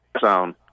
sound